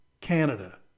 Canada